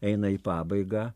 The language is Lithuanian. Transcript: eina į pabaigą